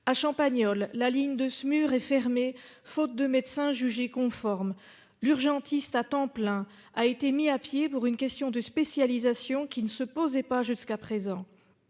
et de réanimation (Smur) est fermée, faute de médecins jugés aptes. L'urgentiste à plein temps a été mis à pied pour une question de spécialisation qui ne se posait pas jusqu'à présent.